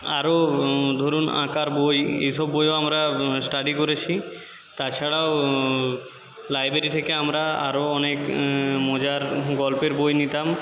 আরও ধরুন আঁকার বই এই সব বইও আমরা স্টাডি করেছি তাছাড়াও লাইব্রেরি থেকে আমরা আরও অনেক মজার গল্পের বই নিতাম